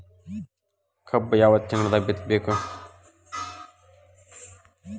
ಕಬ್ಬು ಯಾವ ತಿಂಗಳದಾಗ ಬಿತ್ತಬೇಕು?